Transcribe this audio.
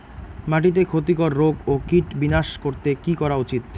মাটিতে ক্ষতি কর রোগ ও কীট বিনাশ করতে কি করা উচিৎ?